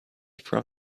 from